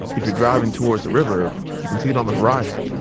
if you're driving toward the river, you can see it on the horizon.